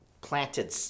planted